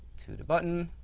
to the button.